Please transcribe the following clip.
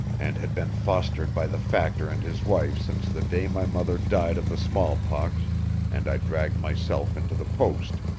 and had been fostered by the factor and his wife since the day my mother died of the smallpox and i dragged myself into the post,